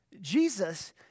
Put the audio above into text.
Jesus